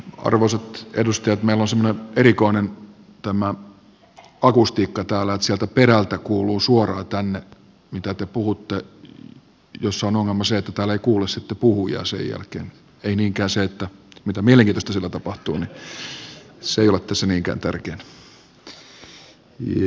arvoisat edustajat meillä on semmoinen erikoinen akustiikka täällä että sieltä perältä kuuluu suoraan tänne mitä te puhutte jolloin ongelma on se että täällä ei kuule sitten puhujaa sen jälkeen se mitä mielenkiintoista siellä tapahtuu ei ole tässä niinkään tärkeää